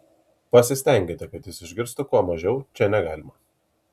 pasistenkite kad jis išgirstų kuo mažiau čia negalima